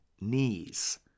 knees